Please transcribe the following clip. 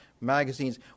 magazines